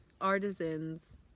artisans